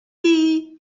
heavy